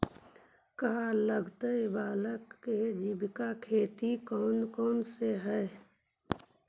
कम लागत वाला जैविक खेती कौन कौन से हईय्य?